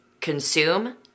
consume